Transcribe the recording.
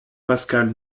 pascal